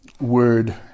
word